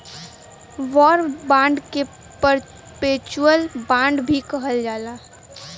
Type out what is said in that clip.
war bond के perpetual bond भी कहल जाला